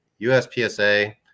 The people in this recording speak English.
USPSA